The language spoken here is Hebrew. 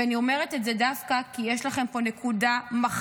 ואני אומרת את זה דווקא כי יש לכם פה נקודה מכרעת